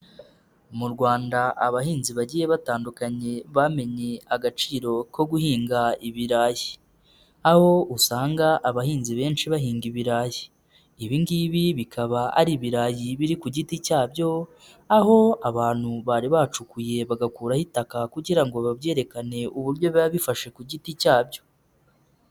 Mu Rwanda abahinzi bagiye batandukanye bamenye agaciro ko guhinga ibirayi, aho usanga abahinzi benshi bahinga ibirayi ibi ngibi bikaba ari ibirayi biri ku giti cyabyo, aho abantu bari bacukuye bagakuraho itaka kugira ngo babyerekane uburyo biba bifashe ku giti cyabyo.